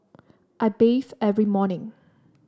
I bathe every morning